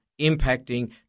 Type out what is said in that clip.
impacting